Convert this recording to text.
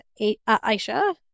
Aisha